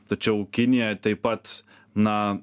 tačiau kinija taip pat na